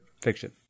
fiction